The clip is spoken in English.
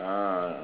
ah